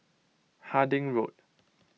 Harding Road